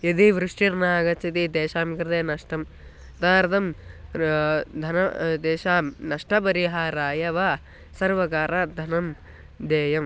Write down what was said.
यदि वृष्टिर्न आगच्छति तेषां कृते नष्टं तत् अर्थात् धनं तेषां नष्टपरिहाराय वा सर्वकारेण धनं देयम्